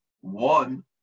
one